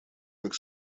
как